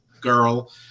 girl